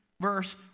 verse